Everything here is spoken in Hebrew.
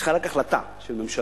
צריך רק החלטה של הממשלה